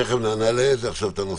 תיכף נעלה את הנושא הזה.